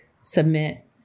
submit